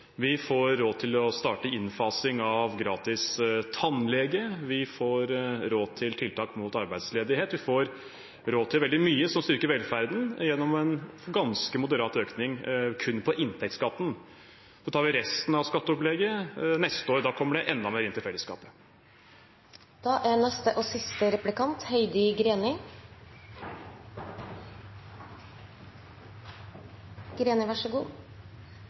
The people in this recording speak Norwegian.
vi får råd til å starte innfasing av gratis tannlege, vi får råd til tiltak mot arbeidsledighet – vi får råd til veldig mye som styrker velferden gjennom en ganske moderat økning kun i inntektskatten. Så tar vi resten av skatteopplegget neste år. Da kommer det enda mer inn til fellesskapet. Rødt vil øke tilskuddet til bredbånd, og det er